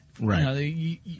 Right